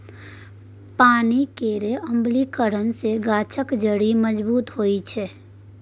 पानि केर अम्लीकरन सँ गाछक जड़ि मजबूत होइ छै